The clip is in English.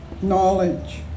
knowledge